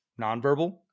nonverbal